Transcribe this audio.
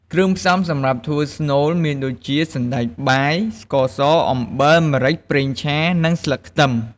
គ្រឿងផ្សំសម្រាប់ធ្វើស្នូលមានដូចជា សណ្តែកបាយ ស្ករសអំបិល ម្រេច ប្រេងឆា និងស្លឹកខ្ទឹម។